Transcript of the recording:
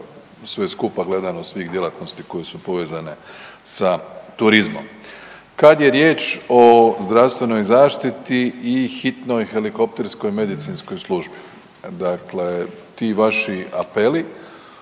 sve skupa gledano svih djelatnosti koje su povezane sa turizmom. Kad je riječ o zdravstvenoj zaštiti i hitnoj helikopterskoj medicinskoj službi, dakle ti vaši apeli